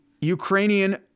Ukrainian